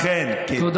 לכן, תודה, אדוני.